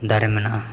ᱫᱟᱨᱮ ᱢᱮᱱᱟᱜᱼᱟ